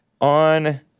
on